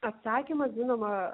atsakymas žinoma